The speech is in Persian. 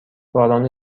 باران